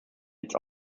its